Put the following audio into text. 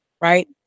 right